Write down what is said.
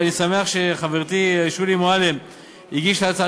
ואני שמח שחברתי שולי מועלם הגישה הצעה.